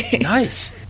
Nice